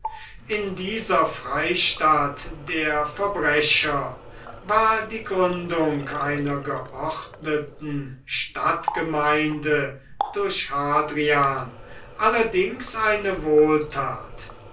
in dieser freistatt der verbrecher war die gründung einer geordneten stadtgemeinde durch hadrian allerdings eine wohltat